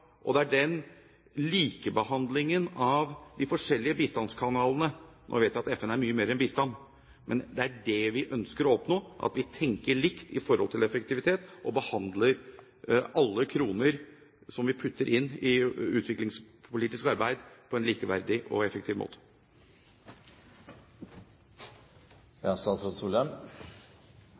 og vi ønsker likebehandling av de forskjellige bistandskanalene. Nå vet vi at FN er mye mer enn bistand, men det vi ønsker å oppnå, er at vi tenker likt med hensyn til effektivitet, og behandler alle kroner som vi putter inn i utviklingspolitisk arbeid, på en likeverdig og effektiv måte. Statsråd Solheim.